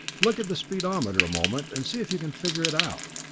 look at the speedometer a moment and see if you can figure it out.